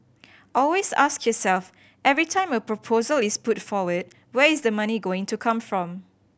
always ask yourself every time a proposal is put forward where is the money going to come from